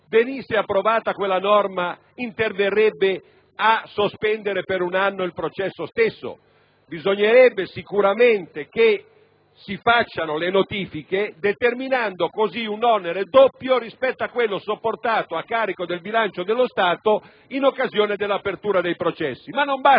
venisse approvata quella norma, interverrebbe a sospendere per un anno il processo stesso? Bisognerebbe quindi procedere alle notifiche, determinando così un onere doppio rispetto a quello sopportato a carico del bilancio dello Stato in occasione dell'apertura dei processi.